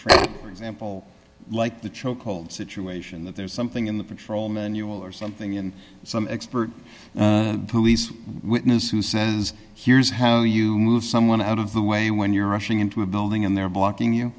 example like the choke hold situation that there's something in the patrol manual or something and some expert police witness who says here's how you move someone out of the way when you're rushing into a building and they're blocking you